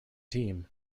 team